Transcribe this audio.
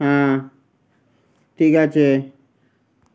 হ্যাঁ ঠিক আছে